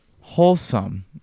wholesome